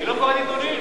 היא לא קוראת עיתונים.